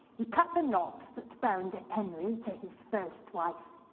he cut the knot that bound henry to his first wife,